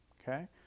okay